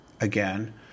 again